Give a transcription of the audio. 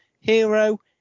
hero